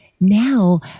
now